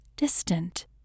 Distant